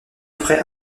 près